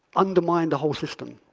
undermine the whole system.